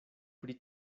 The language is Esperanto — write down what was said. pri